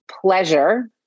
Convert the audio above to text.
pleasure